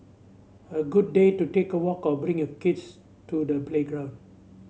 a good day to take a walk or bring your kids to the playground